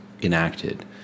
enacted